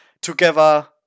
together